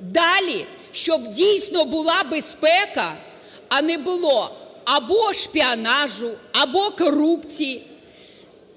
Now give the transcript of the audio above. Далі, щоб дійсно була безпека, а не було або шпіонажу, або корупції,